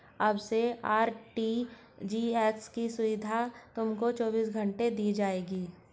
अब से आर.टी.जी.एस की सुविधा तुमको चौबीस घंटे दी जाएगी